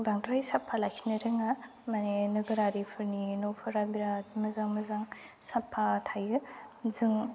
बांद्राय साफा लाखिनो रोङा माने नोगोरारिफोरनि न'फोरा बिराद मोजां मोजां साफा जायो जों